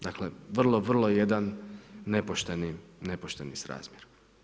Dakle vrlo, vrlo jedan nepošten srazmjer.